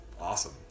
awesome